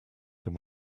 than